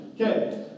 Okay